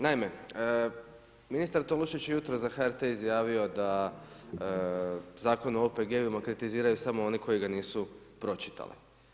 Naime, ministar Tolušić je jutros za HRT izjavio da zakon o OPG-ovima kritiziraju samo oni koji ga nisu pročitali.